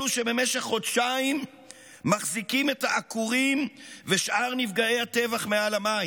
אלו שבמשך חודשיים מחזיקים את העקורים ושאר נפגעי הטבח מעל המים.